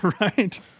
Right